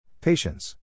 Patience